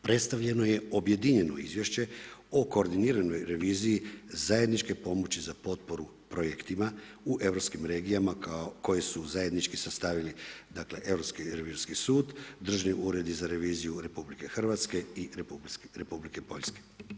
Predstavljeno je objedinjeno izvješće o koordiniranoj reviziji zajedničke pomoći za potporu projektima u europskim regijama koje su zajednički sastavili Europski revizorski sud, državni uredi za reviziju RH i Republike Poljske.